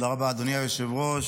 תודה רבה, אדוני היושב-ראש.